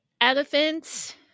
elephants